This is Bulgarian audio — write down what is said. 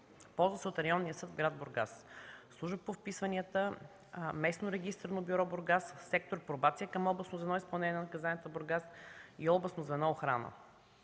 Ползва се от Районния съд в град Бургас, Службата по вписванията, местно регистърно бюро – Бургас, сектор „Пробация” към областното звено „Изпълнение на наказанията” Бургас и Областно звено „Охрана”.